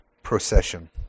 procession